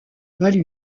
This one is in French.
balle